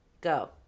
Go